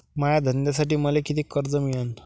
माया धंद्यासाठी मले कितीक कर्ज मिळनं?